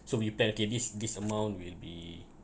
so we planned okay this this amount will be